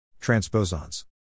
TRANSPOSONS